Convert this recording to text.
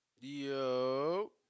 Yo